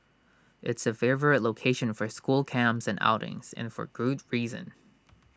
it's A favourite location for school camps and outings and for good reason